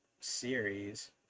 series